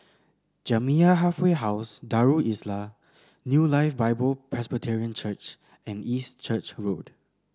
Jamiyah Halfway House Darul Islah New Life Bible Presbyterian Church and East Church Road